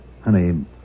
Honey